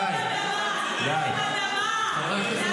די, די.